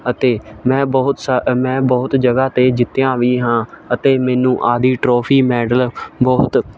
ਅਤੇ ਮੈਂ ਬਹੁਤ ਸਾਰ ਮੈਂ ਬਹੁਤ ਜਗ੍ਹਾ 'ਤੇ ਜਿੱਤਿਆ ਵੀ ਹਾਂ ਅਤੇ ਮੈਨੂੰ ਆਦਿ ਟਰੋਫੀ ਮੈਡਲ ਬਹੁਤ